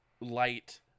light